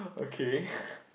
okay